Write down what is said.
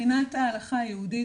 מבחינת ההלכה היהודית,